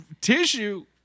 tissue